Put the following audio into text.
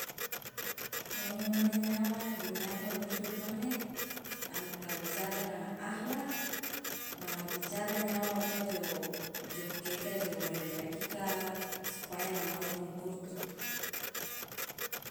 ngone mane nyawa duniaka wo hidup mane kawo jaga nanga akhlak nanga bicara nyawa maruka jo jo keika jo ririakika supaya nanga umur ikurutu.